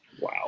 Wow